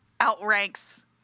outranks